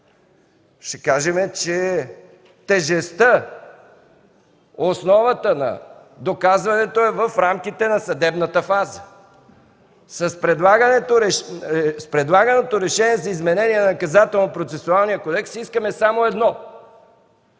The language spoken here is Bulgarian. ще кажем, че тежестта, основата на доказването е в рамките на съдебната фаза. С предлаганото решение за изменение на Наказателно-процесуалния кодекс искаме само едно –